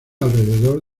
alrededor